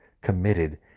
committed